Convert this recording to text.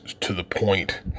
to-the-point